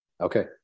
Okay